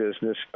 business